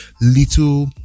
little